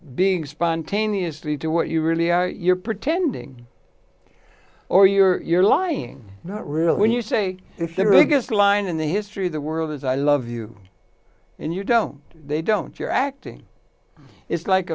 being spontaneously to what you really are you're pretending or you're lying really when you say if the biggest line in the history of the world is i love you and you don't they don't you're acting it's like